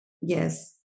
yes